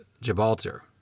Gibraltar